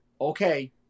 okay